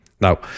Now